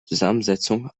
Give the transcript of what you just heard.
zusammensetzung